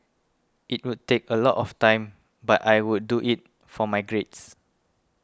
it would take a lot of time but I would do it for my grades